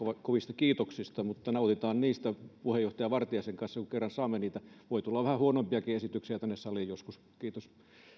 kovista kiitoksista mutta nautitaan niistä puheenjohtaja vartiaisen kanssa kun kerran saamme niitä voi tulla joskus vähän huonompiakin esityksiä tänne saliin kiitos